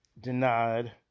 denied